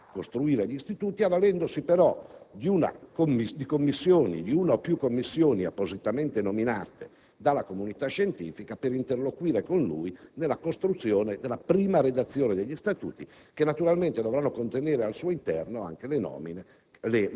a proporre gli statuti, avvalendosi però di una o più commissioni appositamente nominate dalla comunità scientifica per interloquire con il Governo nella costruzione della prima redazione degli statuti, che naturalmente dovranno contenere al proprio interno anche le norme